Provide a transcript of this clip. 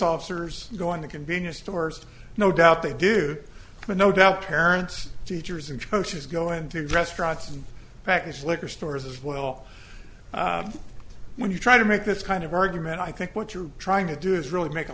officers going to convenience stores no doubt they do but no doubt parents teachers and coaches go into restaurants and practice liquor stores as well when you try to make this kind of argument i think what you're trying to do is really make a